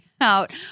out